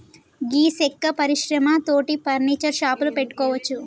గీ సెక్క పరిశ్రమ తోటి ఫర్నీచర్ షాపులు పెట్టుకోవచ్చు